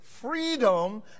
freedom